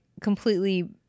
completely